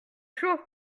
chaud